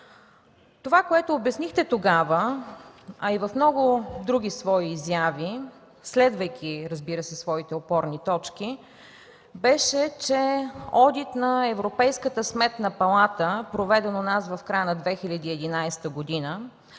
Това, което обяснихте тогава, а и в много свои изяви, следвайки своите опорни точки, беше, че одит на Европейската Сметна палата, проведен у нас в края на 2011 г.,